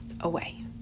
away